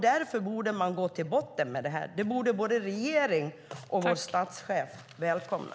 Därför borde man gå till botten med detta. Det borde både vår regering och vår statschef välkomna.